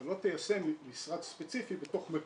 אתה לא תיישם משרד ספציפי בתוך מרכב"ה,